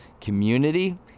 community